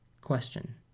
question